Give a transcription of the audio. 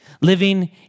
living